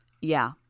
Yeah